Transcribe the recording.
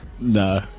No